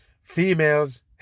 Females